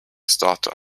start